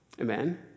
Amen